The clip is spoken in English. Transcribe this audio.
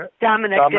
Dominic